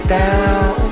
down